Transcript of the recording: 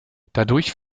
dadurch